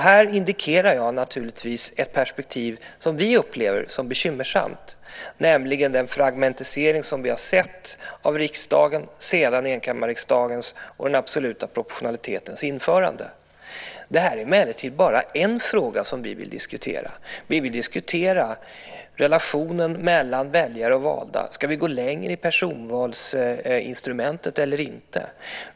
Här indikerar jag ett perspektiv som vi upplever som bekymmersamt, nämligen den fragmentisering som vi har sett av riksdagen sedan enkammarriksdagens och den absoluta proportionalitetens införande. Det är emellertid bara en fråga som vi vill diskutera. Vi vill också diskutera relationen mellan väljare och valda, om vi ska gå längre i personvalsinstrumentet eller inte.